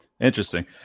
Interesting